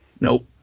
Nope